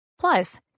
Plus